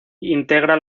integra